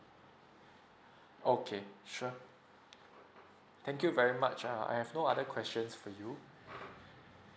okay sure thank you very much uh I have no other questions for you